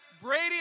Brady